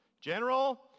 general